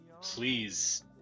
Please